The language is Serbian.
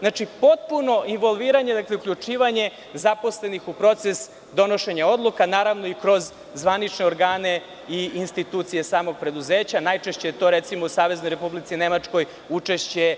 Znači, potpuno involviranje, dakle, uključivanjem zaposlenih u proces donošenja odluka, naravno i kroz zvanične organe i institucije samog preduzeća, najčešće je to, recimo u Saveznoj Republici Nemačkoj, učešćem